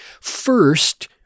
first